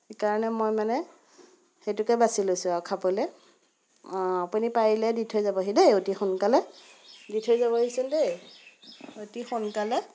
সেইকাৰণে মই মানে সেইটোকে বাছি লৈছোঁ আও খাবলৈ অঁ আপুনি পাৰিলে দি থৈ যাবহি দেই অতি সোনকালে দি থৈ যাবহিচোন দেই অতি সোনকালে